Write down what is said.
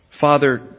Father